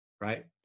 Right